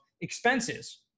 expenses